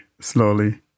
slowly